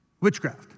witchcraft